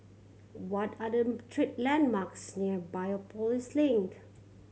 what are the landmarks near Biopolis Link